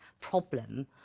problem